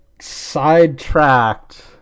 sidetracked